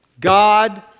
God